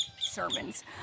sermons